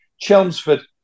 Chelmsford